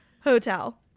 Hotel